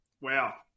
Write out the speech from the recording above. Wow